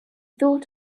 thought